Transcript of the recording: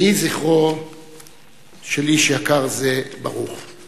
יהי זכרו של איש יקר זה ברוך.